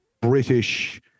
British